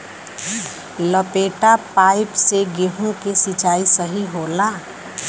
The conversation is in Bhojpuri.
लपेटा पाइप से गेहूँ के सिचाई सही होला?